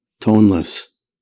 toneless